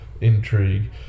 intrigue